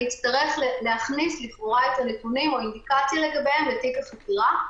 אני אצטרך להכניס לכאורה את הנתונים או אינדיקציה לגביהם לתיק החקירה,